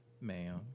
Ma'am